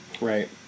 Right